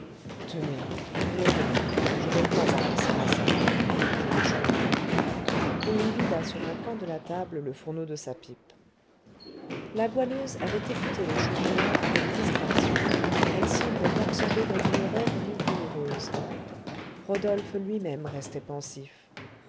tenez nom de nom je n'aime pas à penser à ça dit le chourineur et il vida sur un coin de la table le fourneau de sa pipe la goualeuse avait écouté le chourineur avec distraction elle semblait absorbée dans une rêverie douloureuse rodolphe lui-même restait pensif